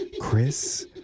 Chris